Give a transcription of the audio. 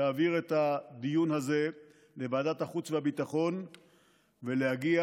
להעביר את הדיון הזה לוועדת החוץ והביטחון ולהגיע,